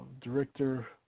Director